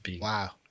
Wow